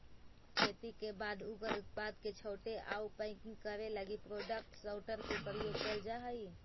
खेती के बाद उगल उत्पाद के छाँटे आउ पैकिंग करे लगी प्रोडक्ट सॉर्टर के उपयोग कैल जा हई